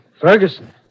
Ferguson